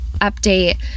update